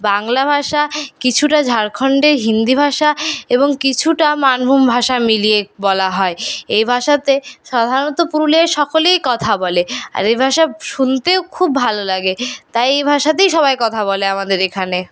বাংলা ভাষা কিছু ঝাড়খণ্ডের হিন্দি ভাষা এবং কিছুটা মানভূম ভাষা মিলিয়ে বলা হয় এই ভাষাতে সাধারণত পুরুলিয়ার সকলেই কথা বলে আর এই ভাষা শুনতেও খুব ভালো লাগে তাই এই ভাষাতেই সবাই কথা বলে আমাদের এখানে